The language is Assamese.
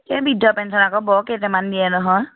এই বৃদ্ধ পেঞ্চন আকৌ বৰ কেইটামান দিয়ে নহয়